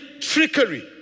trickery